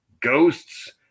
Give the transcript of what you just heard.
ghosts